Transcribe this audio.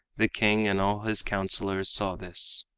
the king and all his counselors saw this.